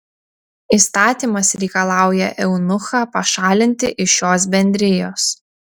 įstatymas reikalauja eunuchą pašalinti iš šios bendrijos